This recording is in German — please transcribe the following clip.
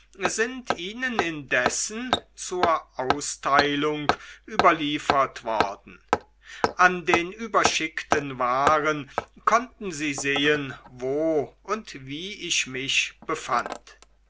sind ihnen indessen zur austeilung überliefert worden an den überschickten waren konnten sie sehen wo und wie ich mich befand